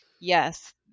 yes